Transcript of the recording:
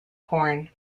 corn